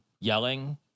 yelling